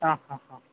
ಹಾಂ ಹಾಂ ಹಾಂ